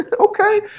Okay